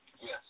Yes